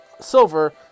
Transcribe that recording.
silver